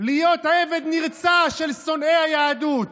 להיות עבד נרצע של שונאי היהדות?